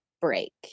break